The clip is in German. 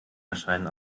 erscheinen